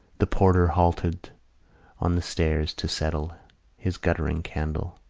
the porter halted on the stairs to settle his guttering candle.